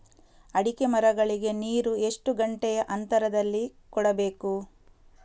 ಅಡಿಕೆ ಮರಗಳಿಗೆ ನೀರು ಎಷ್ಟು ಗಂಟೆಯ ಅಂತರದಲಿ ಕೊಡಬೇಕು?